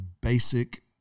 basic